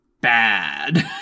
bad